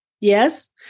Yes